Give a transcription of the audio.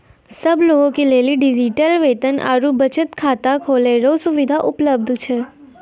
सब लोगे के लेली डिजिटल वेतन आरू बचत खाता खोलै रो सुविधा उपलब्ध छै